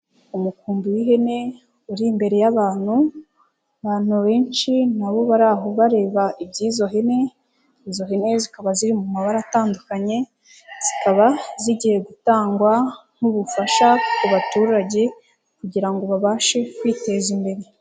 Umukumbi w'ihene uri imbere y'abantu, abantu benshi nabo bari aho bareba iby'izo hene, izo hene zikaba ziri mu mabara atandukanye, zikaba zigiye gutangwa nk'ubufasha ku baturage kugira ngo babashe kwiteza imbere.